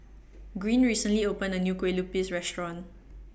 Gwyn recently opened A New Kue Lupis Restaurant